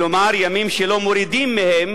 כלומר, ימים שלא מורידים מהם